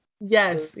Yes